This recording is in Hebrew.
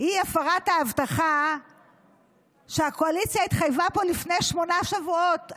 היא הפרת ההבטחה שהקואליציה התחייבה פה לפני שמונה שבועות.